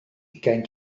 ugain